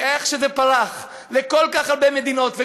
ואיך שזה פרח לכל כך הרבה מדינות,